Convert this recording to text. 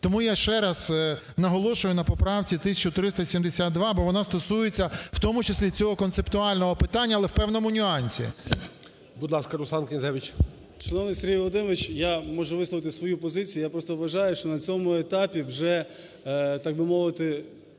Тому я ще раз наголошую на поправці 1372, бо вона стосується в тому числі цього концептуального питання, але в певному нюансі. ГОЛОВУЮЧИЙ. Будь ласка, Руслан Князевич. 12:53:02 КНЯЗЕВИЧ Р.П. Шановний Сергій Володимирович, я можу висловити свою позицію. Я просто вважаю, що на цьому етапі вже, так би мовити,